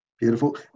Beautiful